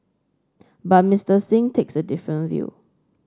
but Mister Singh takes a different view